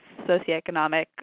socioeconomic